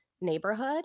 neighborhood